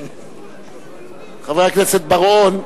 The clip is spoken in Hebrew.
חבר הכנסת בר-און.